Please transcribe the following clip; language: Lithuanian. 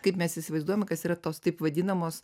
kaip mes įsivaizduojame kas yra tos taip vadinamos